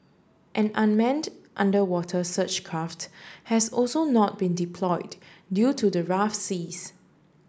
an unmanned underwater search craft has also not been deployed due to the rough seas